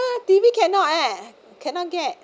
T_V cannot eh cannot get